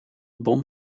bom